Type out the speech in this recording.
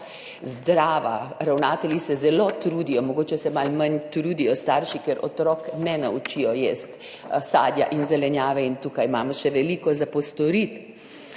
zdrava. Ravnatelji se zelo trudijo, mogoče se malo manj trudijo starši, ker otrok ne naučijo jesti sadja in zelenjave, in tukaj imamo še veliko za postoriti.